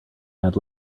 had